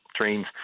trains